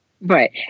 Right